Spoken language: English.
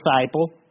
disciple